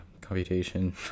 computation